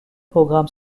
programme